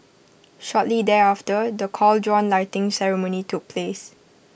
shortly thereafter the cauldron lighting ceremony took place